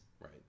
Right